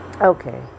okay